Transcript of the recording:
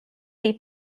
des